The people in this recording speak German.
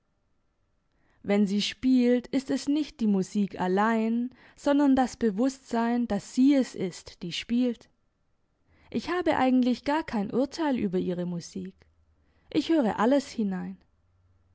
wenn sie spielt ist es nicht die musik allein sondern das bewusstsein dass sie es ist die spielt ich habe eigentlich gar kein urteil über ihre musik ich höre alles hinein